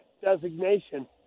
designation